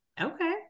Okay